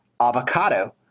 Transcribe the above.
avocado